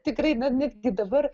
tikrai na netgi dabar